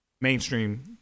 mainstream